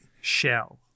Shell